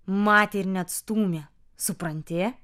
matė ir neatstūmė supranti